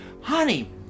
Honey